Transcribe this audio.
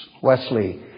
Wesley